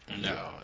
No